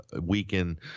weaken